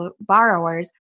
borrowers